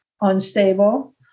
unstable